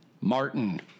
Martin